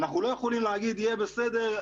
אנחנו לא יכולים להגיד "יהיה בסדר",